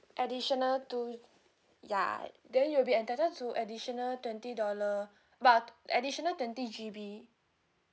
additional two ya then you'll be entitled to additional twenty dollar additional twenty G_B